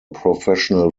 professional